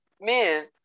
men